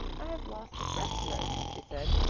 i've lost a freshman, she said,